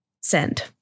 send